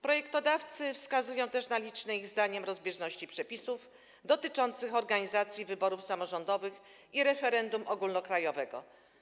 Projektodawcy wskazują też na liczne ich zdaniem rozbieżności przepisów dotyczących organizacji wyborów samorządowych i referendum ogólnokrajowego.